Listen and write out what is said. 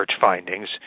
findings